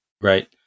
Right